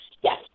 yes